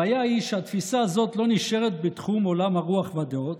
הבעיה היא שהתפיסה הזאת לא נשארת בתחום עולם הרוח והדעות,